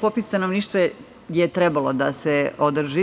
popis stanovništva bi trebao da se održi